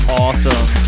awesome